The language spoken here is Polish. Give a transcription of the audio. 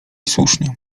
słusznie